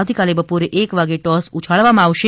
આવતીકાલે બપોરે એક વાગે ટોસ ઉછાડવામાં આવશે